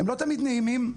הם לא תמיד נעימים,